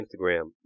Instagram